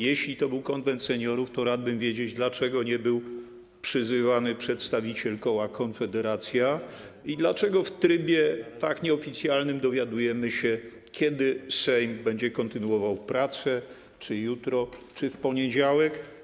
Jeśli to był Konwent Seniorów, to rad bym wiedzieć, dlaczego nie był przyzywany przedstawiciel koła Konfederacja i dlaczego w trybie tak nieoficjalnym dowiadujemy się, kiedy Sejm będzie kontynuował prace: czy jutro, czy w poniedziałek.